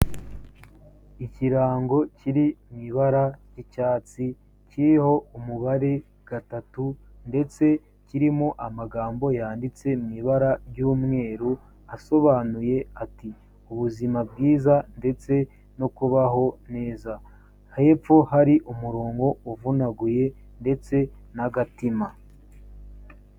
Ikirango kiri mu ibara ry'icyatsi kiriho umubare gatatu ndetse kirimo amagambo yanditse mu ibara ry'umweru, asobanuye ati ubuzima bwiza ndetse no kubaho neza, hepfo hari umurongo uvunaguye ndetse n'agatima.